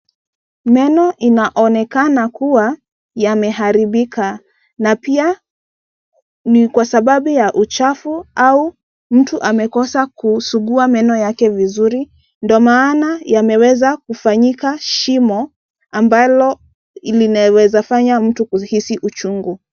Meno inaonekana kuwa yameharibika na pia ni kwa sababu ya uchafu au mtu amekosa kusugua meno yake vizuri. Ndio maana yameweza kufanyika shimo ambalo linaweza fanya mtu kuhisi uchungu.